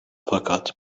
fakat